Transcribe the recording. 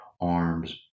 arms